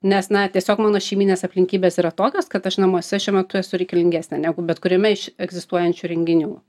nes na tiesiog mano šeiminės aplinkybės yra tokios kad aš namuose šiuo metu esu reikalingesnė negu bet kuriame iš egzistuojančių renginių